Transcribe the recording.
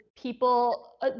people